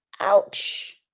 Ouch